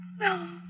No